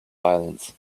violence